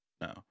no